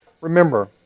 Remember